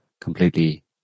completely